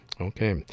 Okay